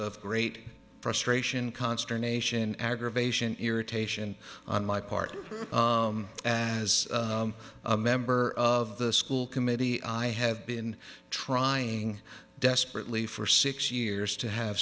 of great frustration consternation aggravation irritation on my part as a member of the school committee i have been trying desperately for six years to have